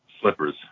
slippers